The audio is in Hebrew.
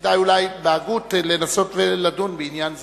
כדאי אולי בהגות לנסות ולדון בעניין זה.